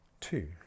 two